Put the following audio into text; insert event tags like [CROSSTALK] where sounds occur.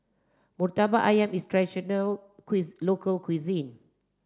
Murtabak Ayam is a traditional [UNINTELLIGIBLE] local cuisine